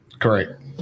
Correct